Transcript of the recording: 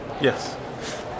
Yes